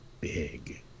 big